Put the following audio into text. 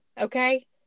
Okay